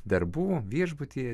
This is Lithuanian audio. darbų viešbutyje